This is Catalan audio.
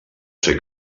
ser